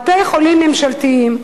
בתי-חולים ממשלתיים,